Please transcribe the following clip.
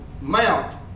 mount